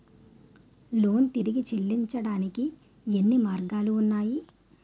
Loan తిరిగి చెల్లించటానికి ఎన్ని మార్గాలు ఉన్నాయి?